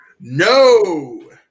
No